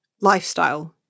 lifestyle